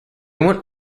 went